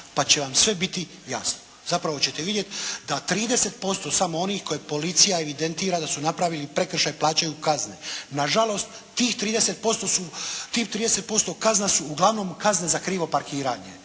pa će vam sve biti jasno. Zapravo ćete vidjeti da 30% samo onih koje policija evidentira da su napravili prekršaj plaćaju kazne. Nažalost tih 30% su, tih 30% kazna su uglavnom kazne za krivo parkiranje.